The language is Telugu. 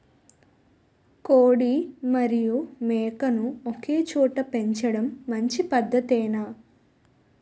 కోడి మరియు మేక ను ఒకేచోట పెంచడం మంచి పద్ధతేనా?